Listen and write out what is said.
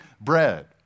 bread